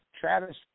Travis